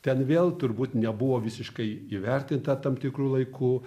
ten vėl turbūt nebuvo visiškai įvertinta tam tikru laiku